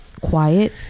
quiet